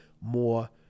more